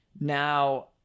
Now